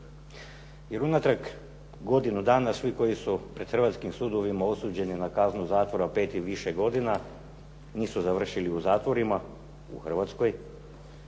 jer unatrag godinu dana, svi koji su pred hrvatskim sudovima osuđeni na kaznu zatvora 5 i više godina nisu završili u zatvorima u Hrvatskoj,